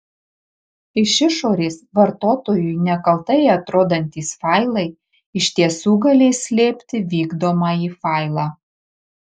iš išorės vartotojui nekaltai atrodantys failai iš tiesų galės slėpti vykdomąjį failą